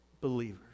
believers